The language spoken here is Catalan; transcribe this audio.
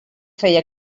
feia